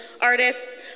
artists